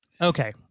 Okay